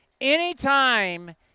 Anytime